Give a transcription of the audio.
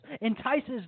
entices